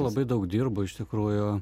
labai daug dirbu iš tikrųjų